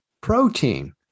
protein